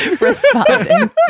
Responding